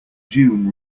dune